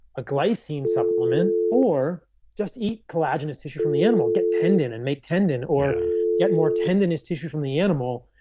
a glycine supplement or just eat collagenous tissue from the animal. get tendon and make tendon or get more tendinous tissue from the animal.